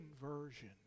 conversion